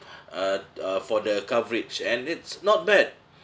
uh uh for the coverage and it's not bad